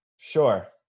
Sure